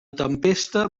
tempesta